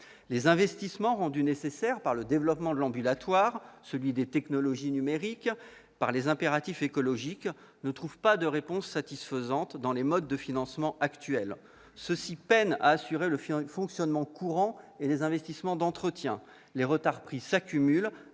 Les investissements nécessités par le développement de l'ambulatoire, les technologies numériques et les impératifs écologiques ne trouvent pas de réponse satisfaisante dans les modes actuels de financement. Ceux-ci peinent à assurer le fonctionnement courant et les investissements d'entretien. Les retards s'accumulent